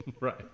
Right